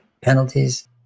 penalties